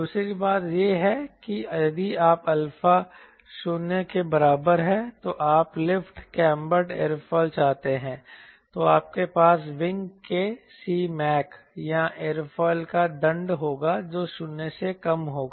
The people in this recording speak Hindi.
दूसरी बात यह हैं कि यदि अल्फ़ा 0 के बराबर है तो आप लिफ्ट कैम्फर्ड एयरोफिल चाहते हैं तो आपके पास विंग के Cmac या एयरोफिल का दंड होगा जो 0 से कम होगा